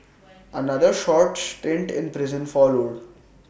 another short stint in prison followed